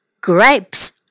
grapes